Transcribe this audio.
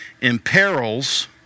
imperils